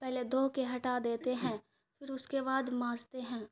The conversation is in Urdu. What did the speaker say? پہلے دھو کے ہٹا دیتے ہیں پھر اس کے بعد ماجتے ہیں